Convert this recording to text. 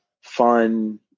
fun